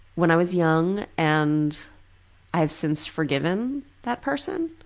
when i was young and i have since forgiven that person,